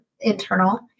internal